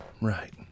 right